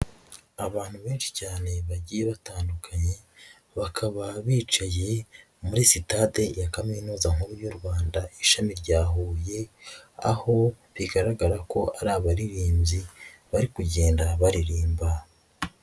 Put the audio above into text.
Abantu benshi cyane bagiye batandukanye bakaba bicaye muri sitade ya kaminuza nkuru y'u Rwanda ishami rya Huye, aho bigaragara ko ari abaririmbyi bari kugenda baririmba.